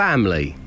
Family